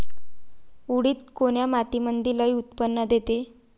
उडीद कोन्या मातीमंदी लई उत्पन्न देते?